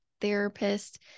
therapist